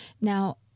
Now